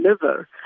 deliver